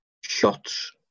shots